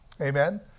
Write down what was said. Amen